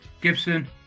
Gibson